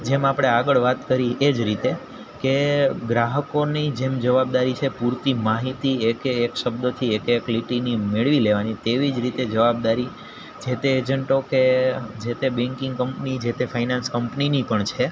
જેમ આપણે આગળ વાત કરી એ જ રીતે કે ગ્રાહકોની જેમ જવાબદારી છે પૂરતી માહિતી એકે એક શબ્દથી એકે એક લીટીની મેળવી તેવી જ રીતે જવાબદારી જેતે એજન્ટો કે જે તે બેન્કિંગ કંપની જેતે ફાઈનાન્સ કંપનીની પણ છે